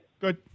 Good